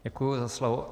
Děkuji za slovo.